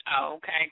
Okay